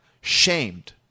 shamed